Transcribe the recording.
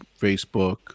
Facebook